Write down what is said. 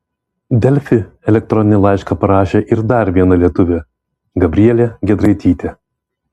delfi elektroninį laišką parašė ir dar viena lietuvė gabrielė giedraitytė